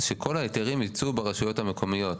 שכל ההיתרים יצאו ברשויות המקומיות.